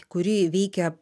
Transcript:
kuri veikia